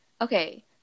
okay